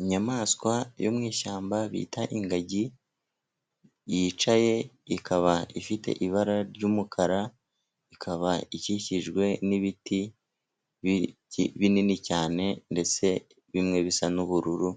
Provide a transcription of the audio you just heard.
Inyamaswa yo mu ishyamba bita ingagi, yicaye, ikaba ifite ibara ry'umukara, ikaba ikikijwe n'ibiti binini cyane, ndetse bimwe bisa n'ubururu,